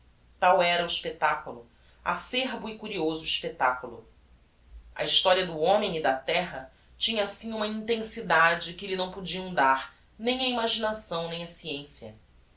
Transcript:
tal era o expectaculo acerbo e curioso expectaculo a historia do homem e da terra tinha assim uma intensidade que lhe não podiam dar nem a imaginação nem a sciencia